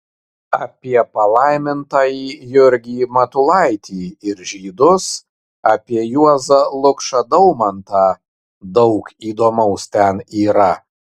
apie palaimintąjį jurgį matulaitį ir žydus apie juozą lukšą daumantą daug įdomaus ten yra